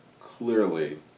clearly